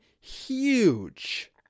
huge